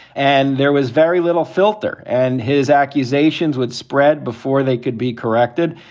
and there was very little filter and his accusations would spread before they could be corrected.